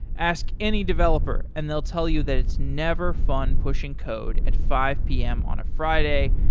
ask any developer and they'll tell you that it's never fun pushing code at five pm on a friday,